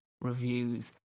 Reviews